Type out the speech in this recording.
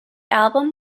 album